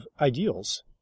ideals